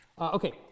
Okay